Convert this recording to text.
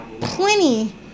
plenty